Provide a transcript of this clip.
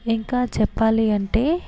ఇంకా చెప్పాలి అంటే